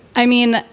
i mean,